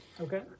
Okay